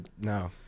no